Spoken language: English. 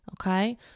Okay